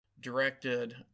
directed